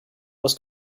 was